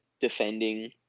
defending